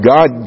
God